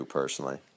personally